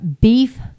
beef